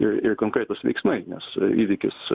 ir ir konkretūs veiksmai nes įvykis